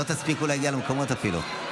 לא תספיקו להגיע למקומות אפילו.